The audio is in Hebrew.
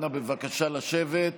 אנא, בבקשה, לשבת.